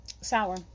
Sour